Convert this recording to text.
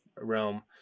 realm